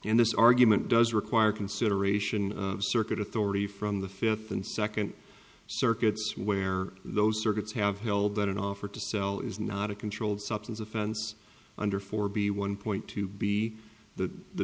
in this argument does require consideration of circuit authority from the fifth and second circuits where those circuits have held that an offer to sell is not a controlled substance offense under four b one point to be the the